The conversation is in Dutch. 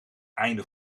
einde